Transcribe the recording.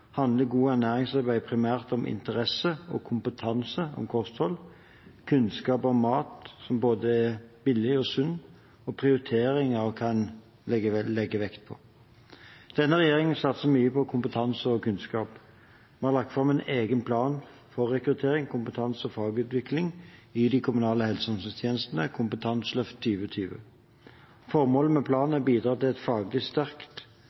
handler godt ernæringsarbeid primært om interesse og kompetanse om kosthold, kunnskap om mat som er både billig og sunn, og prioriteringer av hva man vil legge vekt på. Denne regjeringen satser mye på kompetanse og kunnskap. Vi har lagt fram en egen plan for rekruttering, kompetanse og fagutvikling i de kommunale helse- og omsorgstjenestene – Kompetanseløft 2020. Formålet med planen er å bidra til faglig